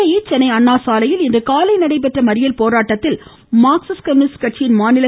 இதனிடையே சென்னை அண்ணாசாலையில் இன்று காலை நடைபெற்ற மறியல் போராட்டத்தில் மார்க்சிஸ்ட் கம்யூனிஸ்ட் கட்சியின் மாநில செயலர் திரு